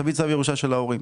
תביא צו ירושה של ההורים.